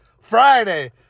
Friday